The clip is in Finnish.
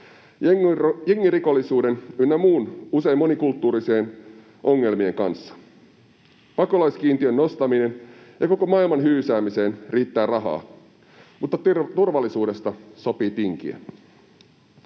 jengirikollisuuden ynnä muiden usein monikulttuurisien ongelmien kanssa. Pakolaiskiintiön nostamiseen ja koko maailman hyysäämiseen riittää rahaa, mutta turvallisuudesta sopii tinkiä.